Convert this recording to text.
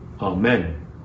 Amen